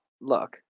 look